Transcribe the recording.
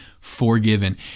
forgiven